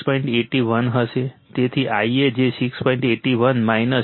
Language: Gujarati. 81 હશે તેથી Ia જે 6